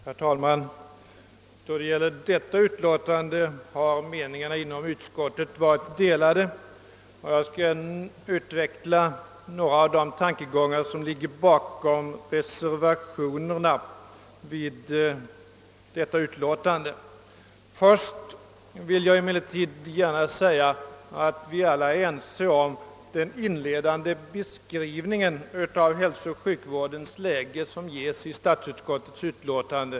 Herr talman! Vad gäller detta utlåtande har meningarna inom utskottet varit delade, och jag vill utveckla några av de tankegångar som ligger bakom reservationerna till detta utlåtande. Först vill jag gärna säga att vi alla är ense om den inledande beskrivning av hälsooch sjukvårdens läge som ges i statsutskottets utlåtande.